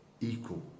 equal